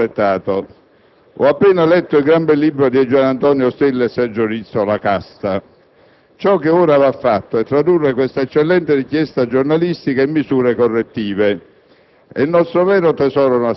dice:«Ho appena letto il gran bel libro di Gian Antonio Stella e Sergio Rizzo "La casta". Ciò che ora va fatto è tradurre questa eccellente inchiesta giornalistica in misure correttive.